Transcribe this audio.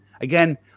Again